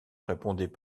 répondait